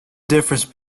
difference